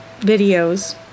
videos